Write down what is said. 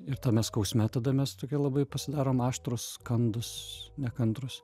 ir tame skausme tada mes tokie labai pasidarom aštrūs kandūs nekantrūs